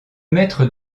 maître